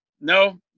No